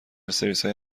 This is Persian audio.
سرویسهای